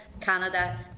Canada